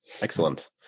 excellent